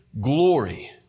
glory